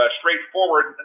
straightforward